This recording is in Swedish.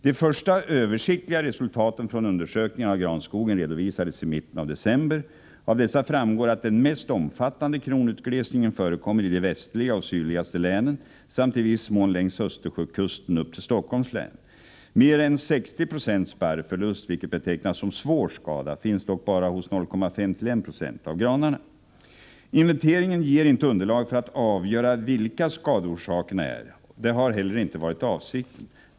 De första översiktliga resultaten från undersökningarna av granskogen redovisades i mitten av december. Av dessa framgår att den mest omfattande kronutglesningen förekommer i de västliga och sydligaste länen samt i viss mån längs Östersjökusten upp till Stockholms län. Mer än 60 96 barrförlust, vilket betecknas som svår skada, finns dock bara hos 0,5-1 26 av granarna. Inventeringen ger inte underlag för att avgöra vilka skadeorsakerna är. Det har heller inte varit avsikten.